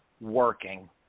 working